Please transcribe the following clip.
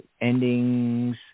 endings